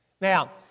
Now